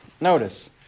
notice